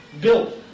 built